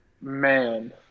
Man